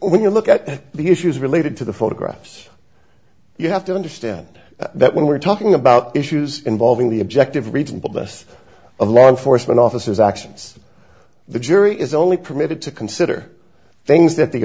when you look at the issues related to the photographs you have to understand that when we're talking about issues involving the objective reason but us of law enforcement officers actions the jury is only permitted to consider things that the